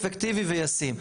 אפקטיבי וישים.